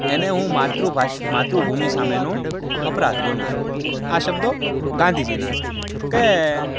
એને હું માતૃભાષ માતૃભૂમિ સામેનો અપરાધ ગણું છું આ શબ્દો ગાંધીજીના છે કે